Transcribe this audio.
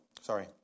sorry